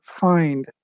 find